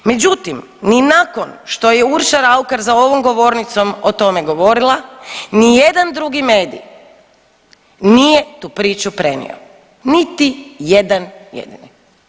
Međutim, ni nakon što je Urša Raukar za ovom govornicom o tome govorila nijedan drugi medij nije tu priču prenio, niti jedan jedini.